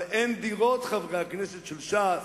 אבל אין דירות, חברי הכנסת של ש"ס.